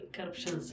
Corruption